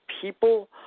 people